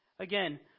Again